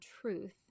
truth